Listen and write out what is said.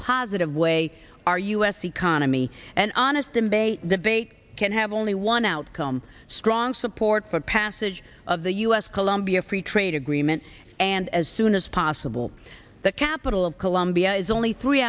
positive way our u s economy and honest debate the debate can have only one outcome strong support for passage of the u s colombia free trade agreement and as soon as possible the capital of colombia is only three